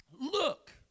Look